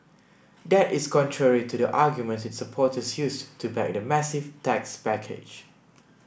that is contrary to the arguments its supporters used to back the massive tax package